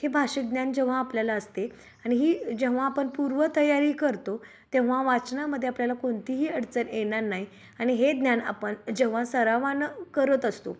हे भाषिक ज्ञान जेव्हा आपल्याला असते आणि ही जेव्हा आपन पूर्व तयारी करतो तेव्हा वाचनामध्ये आपल्याला कोणतीही अडचण येणार नाही आणि हे ज्ञान आपण जेव्हा सरावनं करत असतो